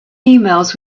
emails